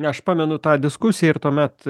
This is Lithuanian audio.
aš pamenu tą diskusiją ir tuomet